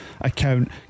account